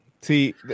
See